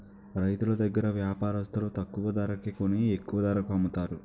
రైతులు దగ్గర వ్యాపారస్తులు తక్కువ ధరకి కొని ఎక్కువ ధరకు అమ్ముతారు